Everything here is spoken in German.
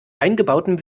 eingebautem